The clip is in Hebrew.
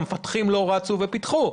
המפתחים לא רצו ופיתחו.